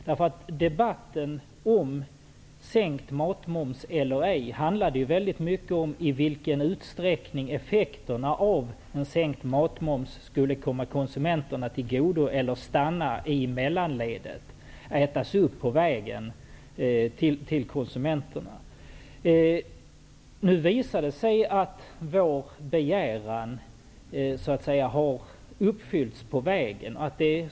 Debatten om huruvida matmomsen skulle sänkas eller inte handlade väldigt mycket om i vilken utsträckning effekterna av en sänkt matmoms skulle komma konsumenterna till godo eller om de skulle stanna i mellanledet och ätas upp på vägen till konsumenterna. Nu visar det sig att vår begäran har uppfyllts på vägen.